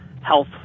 Health